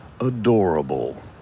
adorable